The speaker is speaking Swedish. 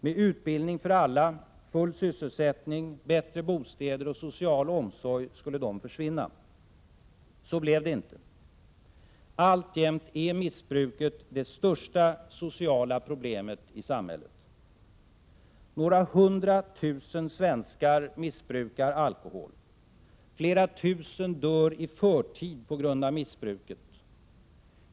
Med utbildning för alla, full sysselsättning, bättre bostäder och social omsorg skulle det försvinna. Så blev det inte. Alltjämt är missbruket det största sociala problemet i samhället. Några hundra tusen svenskar missbrukar alkohol. Flera tusen dör i förtid varje år på grund av missbruket.